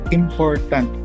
important